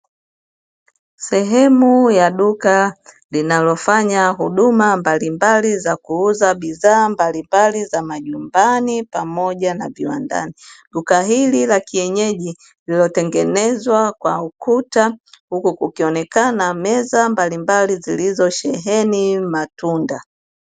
Sehemu ya duka linalofanya huduma mbalimbali za kuuza bidhaa mbalimbali za majumbani pamoja na viwandani. Duka hili la kienyeji lililotengenezwa kwa ukuta huku kukionekana meza mbalimbali zilizosheheni matunda.